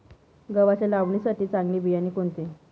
गव्हाच्या लावणीसाठी चांगले बियाणे कोणते?